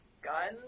gun